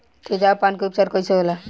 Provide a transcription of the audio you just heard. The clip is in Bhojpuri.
तेजाब पान के उपचार कईसे होला?